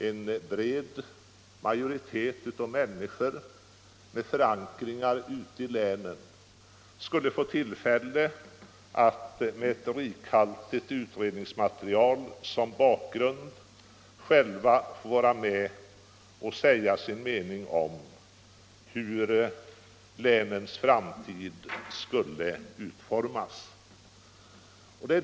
En bred majoritet av människor med förankring ute i länen skulle på det sättet få tillfälle att med ett rikhaltigt utredningsmaterial som bakgrund själva få vara med och säga sin mening om hur länens framtid skulle utformas.